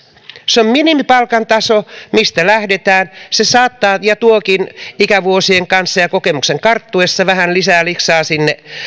se on minimipalkan taso mistä lähdetään ja se saattaa tuoda ja tuokin ikävuosien kanssa ja kokemuksen karttuessa vähän lisää liksaa sinne